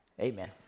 Amen